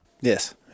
Yes